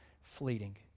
fleeting